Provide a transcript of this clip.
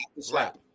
slap